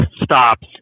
stops